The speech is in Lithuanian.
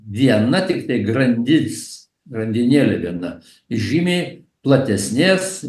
viena tiktai grandis grandinėlė viena žymiai platesnės